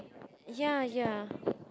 ya ya